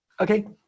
Okay